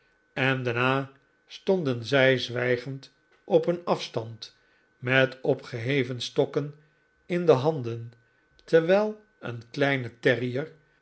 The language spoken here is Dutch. en daarna stonden zij zwijgend op een afstand met opgeheven stokken in hun handen terwijl een kleine